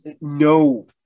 No